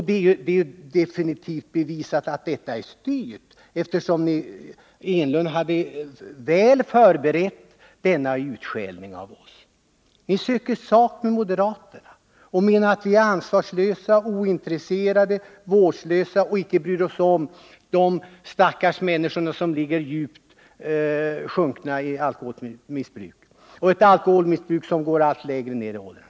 Det är definitivt bevisat att detta påhopp är styrt, eftersom Eric Enlund väl hade förberett denna utskällning av oss. Ni söker sak med moderaterna. Ni menar att vi är ansvarslösa, och ointresserade av hur det går för de människor som är djupt sjunkna i alkoholmissbruk — ett missbruk som f. ö. går allt längre ner i åldrarna.